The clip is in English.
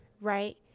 Right